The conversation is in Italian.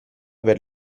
per